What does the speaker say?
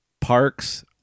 Parks